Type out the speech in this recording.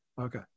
Okay